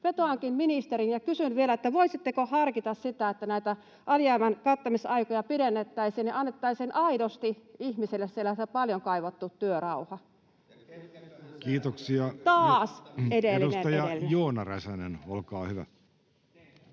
Vetoankin ministeriin ja kysyn vielä, voisitteko harkita sitä, että näitä alijäämän kattamisaikoja pidennettäisiin ja annettaisiin aidosti ihmisille siellä se paljon kaivattu työrauha. [Ben Zyskowicz: Ja ketkäköhän säätivät! — Hanna Räsänen: Taas